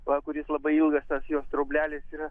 va kuris labai ilgas tas jo straublelis yra